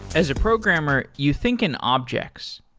as a programmer, you think an object.